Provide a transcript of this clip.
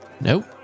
Nope